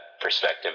perspective